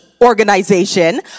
organization